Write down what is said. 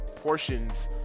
portions